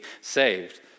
saved